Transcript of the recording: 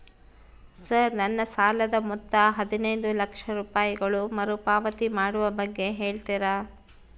Sir ನನ್ನ ಸಾಲದ ಮೊತ್ತ ಹದಿನೈದು ಲಕ್ಷ ರೂಪಾಯಿಗಳು ಮರುಪಾವತಿ ಮಾಡುವ ಬಗ್ಗೆ ಹೇಳ್ತೇರಾ?